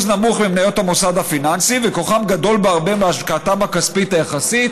נמוך ממניות המוסד הפיננסי וכוחם גדול בהרבה מהשקעתם הכספית היחסית,